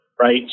right